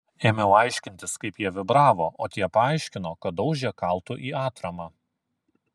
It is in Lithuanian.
ėmiau aiškintis kaip jie vibravo o tie paaiškino kad daužė kaltu į atramą